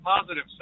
positive